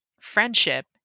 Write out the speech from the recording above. friendship